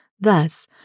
Thus